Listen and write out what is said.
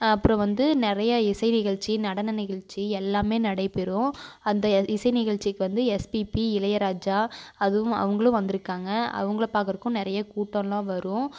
அப்புறம் வந்து நிறைய இசை நிகழ்ச்சி நடன நிகழ்ச்சி எல்லாமே நடைபெறும் அந்த இசை நிகழ்ச்சிக்கு வந்து எஸ்பிபி இளையராஜா அதுவும் அவங்களும் வந்திருக்காங்க அவங்கள பார்க்கறக்கும் நிறைய கூட்டலாம் வரும்